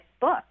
book